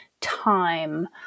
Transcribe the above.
time